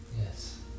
Yes